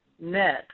net